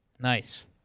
Nice